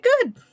good